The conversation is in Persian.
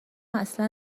اصلا